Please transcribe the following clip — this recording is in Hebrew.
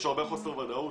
יש הרבה חוסר ודאות.